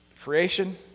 creation